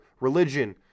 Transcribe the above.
religion